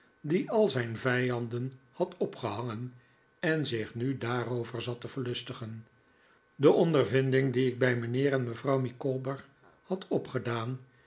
die al zijn vijanden had opgehangen en zich nu daarover zat te verlustigen de ondervinding die ik bij mijnheer en mevrouw micawber had opgedaan